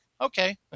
okay